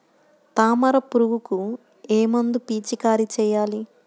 తామర పురుగుకు ఏ మందు పిచికారీ చేయాలి?